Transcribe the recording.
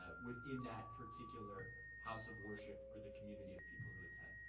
but within that particular house of worship or the community of people who attend.